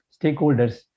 stakeholders